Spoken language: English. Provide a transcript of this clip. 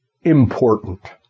important